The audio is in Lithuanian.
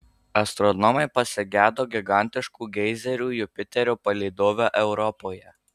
astronomai pasigedo gigantiškų geizerių jupiterio palydove europoje